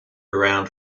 around